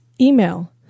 email